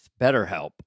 BetterHelp